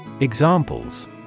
Examples